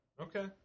Okay